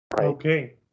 Okay